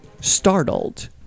startled